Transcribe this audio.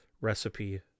recipe